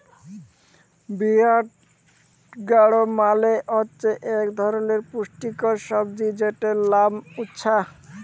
bitter gourd মালে হছে ইক ধরলের পুষ্টিকর সবজি যেটর লাম উছ্যা